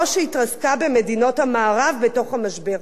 שהיא התרסקה במדינות המערב בתוך המשבר.